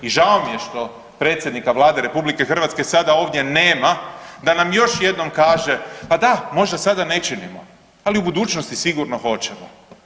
I žao mi je što predsjednika Vlade RH sada ovdje nema, da nam još jednom kaže pa da, možda sada ne činimo ali u budućnosti sigurno hoćemo.